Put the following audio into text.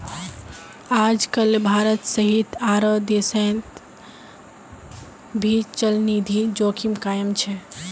आजकल भारत सहित आरो देशोंत भी चलनिधि जोखिम कायम छे